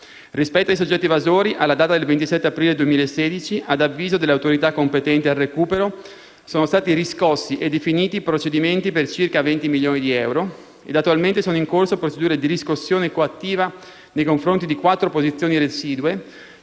Rispetto ai soggetti "evasori", alla data del 27 aprile 2016, ad avviso delle autorità competenti al recupero, sono stati riscossi e definiti procedimenti per circa 20 milioni di euro ed attualmente sono in corso procedure di riscossione coattiva nei confronti di 4 posizioni residue